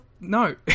no